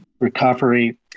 recovery